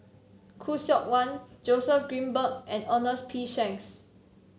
Khoo Seok Wan Joseph Grimberg and Ernest P Shanks